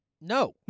No